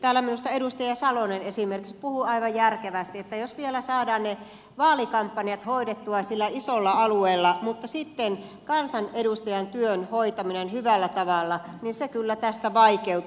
täällä minusta edustaja salonen esimerkiksi puhui aivan järkevästi että jos vielä saadaan ne vaalikampanjat hoidettua sillä isolla alueella mutta sitten kansanedustajan työn hoitaminen hyvällä tavalla kyllä tästä vaikeutuu